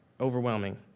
overwhelming